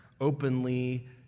openly